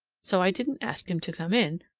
so i didn't ask him to come in,